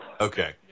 Okay